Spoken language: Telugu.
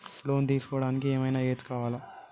లోన్ తీస్కోవడానికి ఏం ఐనా ఏజ్ కావాలా?